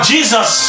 Jesus